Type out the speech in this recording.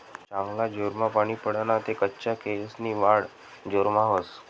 चांगला जोरमा पानी पडना ते कच्चा केयेसनी वाढ जोरमा व्हस